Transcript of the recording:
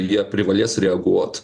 jie privalės reaguot